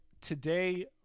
today